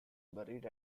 buried